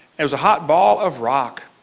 it was a hot ball of rock.